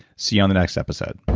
see you on the next episode